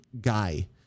guy